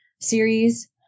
series